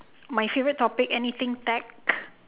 my favourite topic anything tech